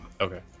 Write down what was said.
okay